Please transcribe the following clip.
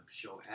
show